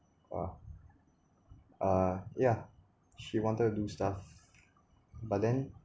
uh uh yeah she wanted to do stuff but then